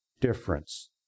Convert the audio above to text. difference